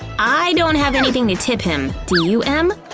i don't have anything to tip him. do you, em?